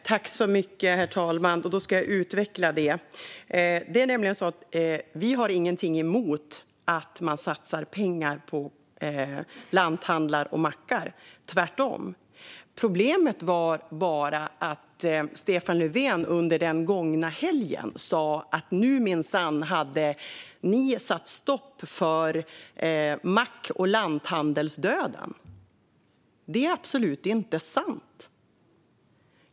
Herr talman! Jag ska utveckla det. Vi har ingenting emot att man satsar pengar på lanthandlar och mackar - tvärtom. Problemet, Mattias Jonsson, är bara att Stefan Löfven under den gångna helgen sa att nu minsann hade ni satt stopp för mack och lanthandelsdöden. Det är absolut inte sant.